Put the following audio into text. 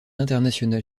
international